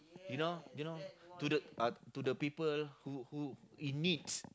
you know you know to the uh to the people who who in needs